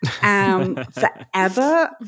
Forever